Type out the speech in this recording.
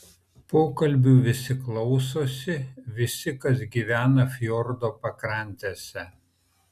pokalbių visi klausosi visi kas gyvena fjordo pakrantėse